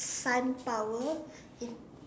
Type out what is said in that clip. sun power into